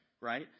right